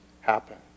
happen